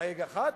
חייג 1,